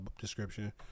description